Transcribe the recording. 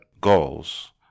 goals